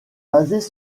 basées